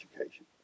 education